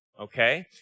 Okay